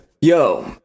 Yo